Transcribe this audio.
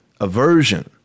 aversion